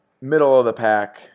middle-of-the-pack